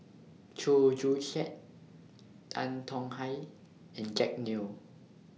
Chew Joo Chiat Tan Tong Hye and Jack Neo